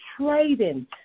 trading